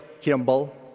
Kimball